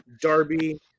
Darby